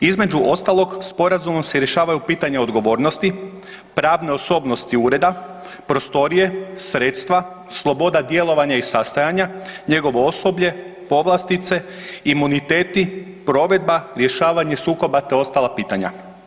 Između ostalog, Sporazumom se rješavaju pitanja odgovornosti, pravne osobnosti Ureda, prostorije, sredstva, sloboda djelovanja i sastajanja, njegovo osoblje, povlastice, imuniteti, provedba, rješavanje sukoba te ostala pitanja.